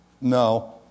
no